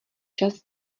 čas